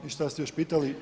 I šta ste još pitali?